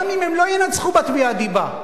גם אם הם לא ינצחו בתביעת הדיבה.